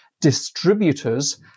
distributors